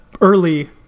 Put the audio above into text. early